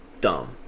dumb